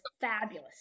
fabulous